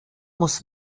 muss